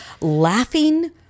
laughing